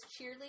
cheerleader